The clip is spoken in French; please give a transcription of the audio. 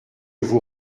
vous